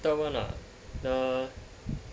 third [one] ah the